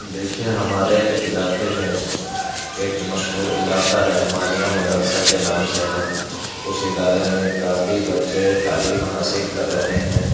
دیکھیے ہمارے علاقے میں ایک مشہور علاقہ رحمانیہ مدرسہ کے نام سے ہے اس ادارے میں کافی بچّے تعلیم حاصل کر رہے ہیں